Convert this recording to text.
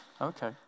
Okay